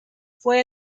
fue